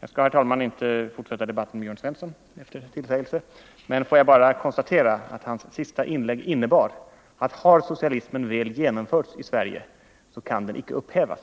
Jag skall, herr talman, efter tillsägelse inte fortsätta debatten med Jörn Svensson, men jag konstaterar att hans senaste inlägg innebär att har socialismen väl genomförts i Sverige kan den icke upphävas.